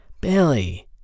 Billy